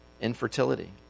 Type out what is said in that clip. infertility